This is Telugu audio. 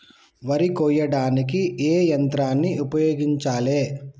వరి కొయ్యడానికి ఏ యంత్రాన్ని ఉపయోగించాలే?